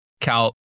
Cal